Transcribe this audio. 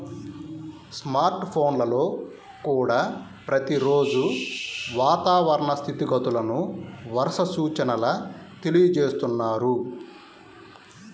smart ఫోన్లల్లో కూడా ప్రతి రోజూ వాతావరణ స్థితిగతులను, వర్ష సూచనల తెలియజేస్తున్నారు